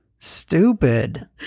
Stupid